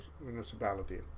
municipality